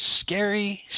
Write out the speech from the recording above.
scary